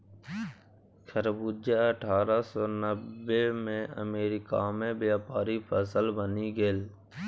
खरबूजा अट्ठारह सौ नब्बेमे अमेरिकामे व्यापारिक फसल बनि गेल